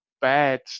bad